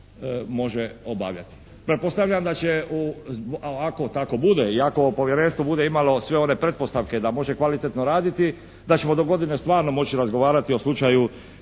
može obavljati.